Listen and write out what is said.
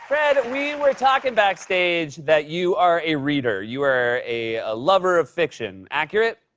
fred, we were talking backstage that you are a reader. you are a a lover of fiction. accurate?